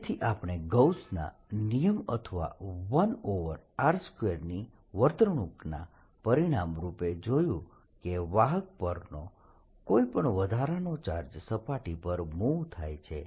તેથી આપણે ગૌસના નિયમના અથવા 1r2 ની વર્તણુકના પરિણામ રૂપે જોયું કે વાહક પરનો કોઈ પણ વધારાનો ચાર્જ સપાટી પર મૂવ થાય છે